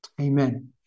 Amen